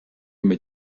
mit